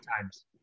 times